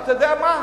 אתה יודע מה,